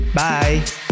bye